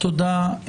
תודה.